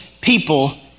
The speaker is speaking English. people